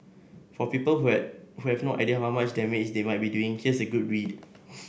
for people who have who have no idea how much damage they might be doing here's a good read